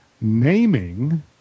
naming